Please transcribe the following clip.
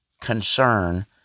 concern